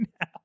now